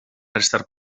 restar